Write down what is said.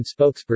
spokesperson